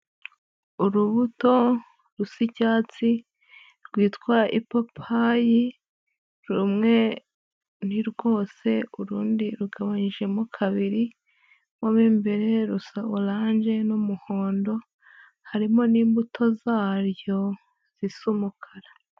Urubuto rusa icyatsi rwitwa ipapayi rumwe ni rwose, urundi rugabanyijemo kabiri, mo mu imbere rusa oranje n'umuhondo, harimo n'imbuto zaryo zisa umukara.